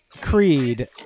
Creed